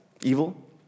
evil